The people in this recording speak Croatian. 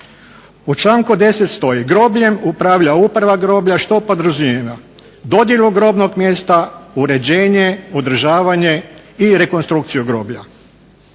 U članku 10. stoji "Grobljem upravlja uprava groblja što podrazumijeva dodjelu grobnog mjesta, uređenje, održavanje i rekonstrukciju groblja",